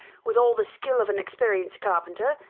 with all the skill of an experienced carpenter,